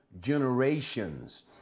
generations